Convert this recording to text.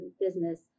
business